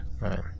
Right